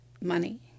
money